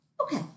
Okay